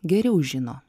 geriau žino